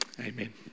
Amen